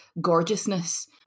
gorgeousness